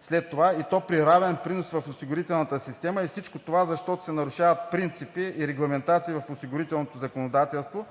след това, и то при равен принос в осигурителната система. Всичко това, защото се нарушават принципи и регламентации в осигурителното законодателство